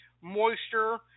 moisture